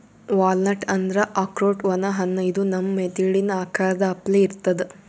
walnut ಅಂದ್ರ ಆಕ್ರೋಟ್ ಒಣ ಹಣ್ಣ ಇದು ನಮ್ ಮೆದಳಿನ್ ಆಕಾರದ್ ಅಪ್ಲೆ ಇರ್ತದ್